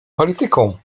polityką